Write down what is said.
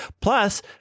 Plus